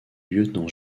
lieutenant